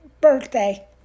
birthday